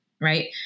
right